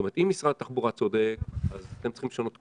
זאת אומרת אם משרד התחבורה צודק אז אתם צריכים לשנות כיוון,